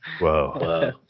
whoa